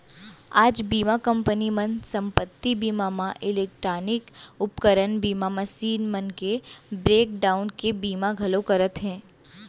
आज बीमा कंपनी मन संपत्ति बीमा म इलेक्टानिक उपकरन बीमा, मसीन मन के ब्रेक डाउन के बीमा घलौ करत हें